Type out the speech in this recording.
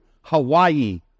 Hawaii